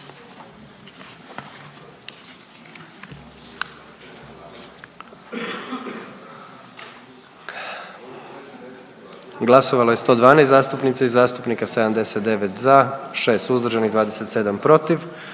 Glasovalo je 111 zastupnica i zastupnika, 34 za, 77 protiv